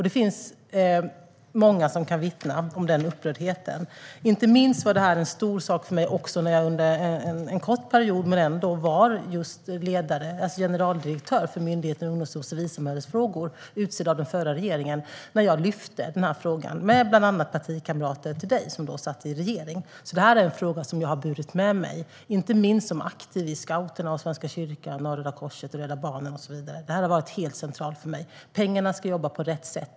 Det finns många som kan vittna om den upprördheten. Inte minst var det här en stor sak för mig när jag under en kort period var generaldirektör för Myndigheten för ungdoms och civilsamhällesfrågor, utsedd av den förra regeringen, och lyfte den här frågan med bland annat dina partikamrater som då satt i regering. Det här är alltså en fråga som jag har burit med mig, inte minst som aktiv i Scouterna, Svenska kyrkan, Röda Korset och Rädda Barnen och så vidare. Det här har varit helt centralt för mig. Pengarna ska jobba på rätt sätt.